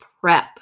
prep